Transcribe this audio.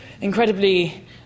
incredibly